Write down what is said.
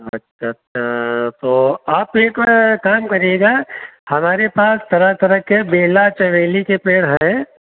अच्छा अच्छा तो आप एक काम करिेएगा हमारे पास तरह तरह के बेला चमेली के पेड़ हैं